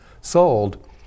sold